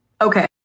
Okay